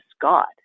God